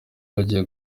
bagiye